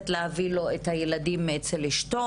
ולכן עד היום אנחנו לא --- אמנם את המשפט האחרון לא שמענו טוב,